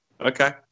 Okay